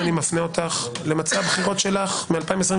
אני מפנה אותך דבר ראשון למצע הבחירות שלך צ-2021.